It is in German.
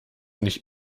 nicht